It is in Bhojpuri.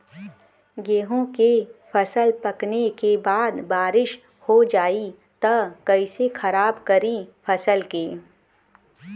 गेहूँ के फसल पकने के बाद बारिश हो जाई त कइसे खराब करी फसल के?